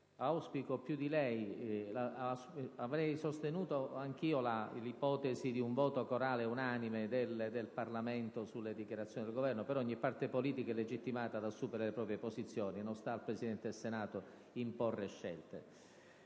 auspico più di lei. Avrei sostenuto anch'io l'ipotesi di un voto corale ed unanime del Parlamento sulle dichiarazioni del Governo, ma ogni parte politica è legittimata ad assumere le proprie posizioni, e non sta al Presidente del Senato imporre scelte.